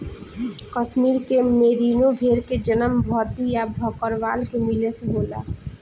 कश्मीर के मेरीनो भेड़ के जन्म भद्दी आ भकरवाल के मिले से होला